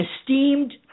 esteemed